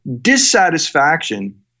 dissatisfaction